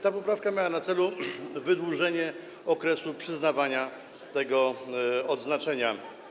Ta poprawka miała na celu wydłużenie okresu przyznawania tego odznaczenia.